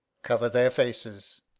cover their faces.